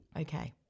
okay